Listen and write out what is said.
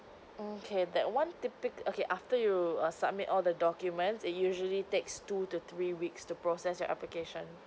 okay that one typical~ okay after you err submit all the documents it usually takes two to three weeks to process your application